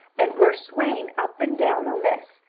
and were swaying up and down on this,